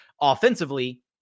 offensively